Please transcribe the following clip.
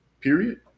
period